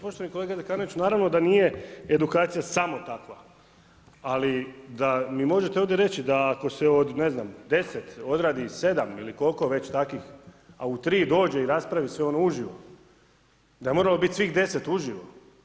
Poštovani kolega Zekanović, naravno da nije edukacija samo takva, ali da mi možete ovdje reći da ako se od ne znam 10 odradi 7 ili koliko već takvih a u 3 dođe i raspravi se ono uživo, da je moralo biti svih 10 uživo.